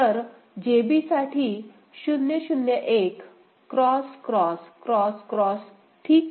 तर JB साठी 0001 X X X X ठीक